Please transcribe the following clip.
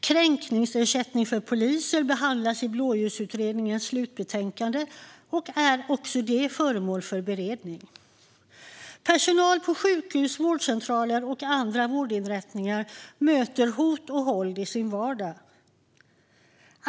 Kränkningsersättning för poliser behandlas i Blåljusutredningens slutbetänkande och är också föremål för beredning. Personal på sjukhus, vårdcentraler och andra vårdinrättningar möter hot och våld i sin vardag.